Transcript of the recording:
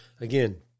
Again